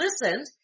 listened